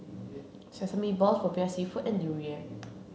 sesame balls Popiah seafood and durian